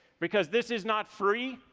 because this is not free.